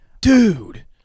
dude